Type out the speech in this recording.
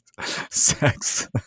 sex